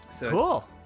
cool